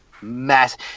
Mass